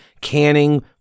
canning